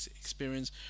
experience